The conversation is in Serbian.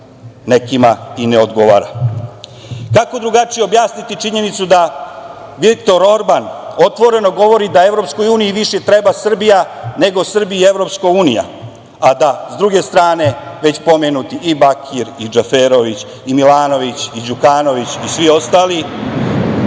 nekima i ne odgovara. Kako drugačije objasniti činjenicu da Viktor Orban otvoreno govori da EU više treba Srbija nego Srbiji EU, a da, s druge strane, već pomenuti i Bakir i Džaferović i Milanović i Đukanović i svi ostali